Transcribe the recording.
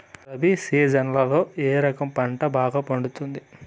రబి సీజన్లలో ఏ రకం పంట బాగా పండుతుంది